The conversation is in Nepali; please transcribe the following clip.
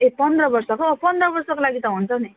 ए पन्ध्र वर्षको ए पन्ध्र वर्षको लागि त हुन्छ नि